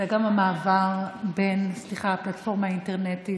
זה גם המעבר בין הפלטפורמה האינטרנטית,